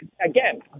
Again